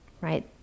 right